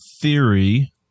theory